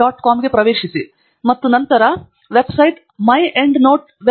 com ಗೆ ಪ್ರವೇಶಿಸಿ ಮತ್ತು ನಂತರ ವೆಬ್ಸೈಟ್ myendnoteweb